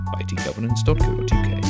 itgovernance.co.uk